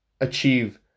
achieve